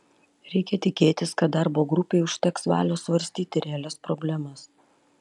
reikia tikėtis kad darbo grupei užteks valios svarstyti realias problemas